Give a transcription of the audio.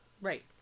Right